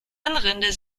hirnrinde